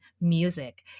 music